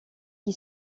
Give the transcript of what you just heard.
qui